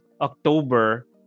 October